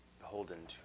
holden